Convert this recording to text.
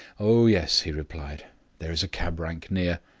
oh, yes, he replied there is a cab-rank near.